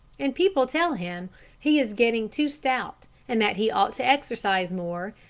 and people tell him he is getting too stout, and that he ought to exercise more,